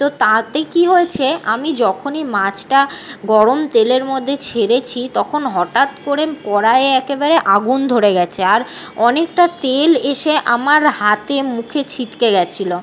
তো তাতে কী হয়েছে আমি যখনই মাছটা গরম তেলের মধ্যে ছেড়েছি তখন হঠাৎ করে কড়াইয়ে একেবারে আগুন ধরে গেছে আর অনেকটা তেল এসে আমার হাতে মুখে ছিটকে গিয়েছিল